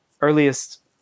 earliest